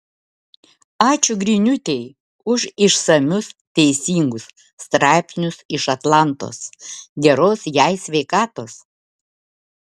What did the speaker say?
ačiū griniūtei už išsamius teisingus straipsnius iš atlantos geros jai sveikatos